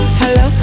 hello